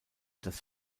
das